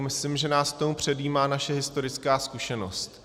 Myslím, že nás k tomu předjímá naše historická zkušenost.